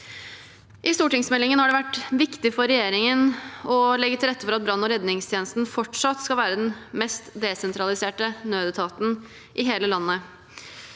I stortingsmeldingen har det vært viktig for regjeringen å legge til rette for at brann- og redningstjenesten fortsatt skal være den mest desentraliserte nødetaten i hele landet.